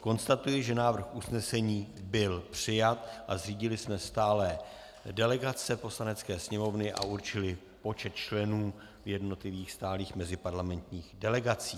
Konstatuji, že návrh usnesení byl přijat a zřídili jsme stálé delegace Poslanecké sněmovny a určili počet členů jednotlivých stálých meziparlamentních delegací.